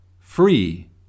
Free